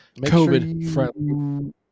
COVID-friendly